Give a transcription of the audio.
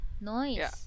Nice